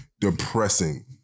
depressing